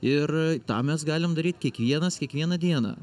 ir tą mes galim daryt kiekvienas kiekvieną dieną